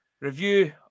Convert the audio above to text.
review